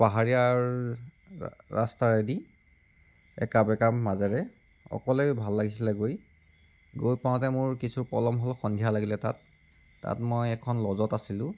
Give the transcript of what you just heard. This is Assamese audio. পাহাৰীয়া ৰাস্তাৰেদি একা বেকা মাজেৰে অকলে ভাল লাগিছিলে গৈ গৈ পাওঁতে মোৰ কিছু পলম হ'ল সন্ধিয়া লাগিলে তাত তাত মই এখন লজত আছিলোঁ